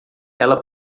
ela